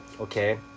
okay